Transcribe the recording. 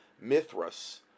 Mithras